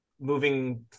moving